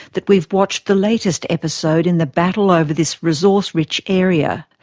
that we've watched the latest episode in the battle over this resource rich area.